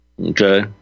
Okay